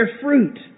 fruit